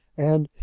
and,